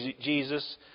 Jesus